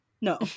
No